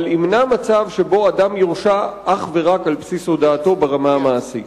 אבל ימנע מצב שבו אדם יורשע אך ורק על בסיס הודאתו ברמה המעשית.